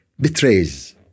betrays